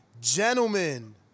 Gentlemen